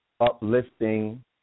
Uplifting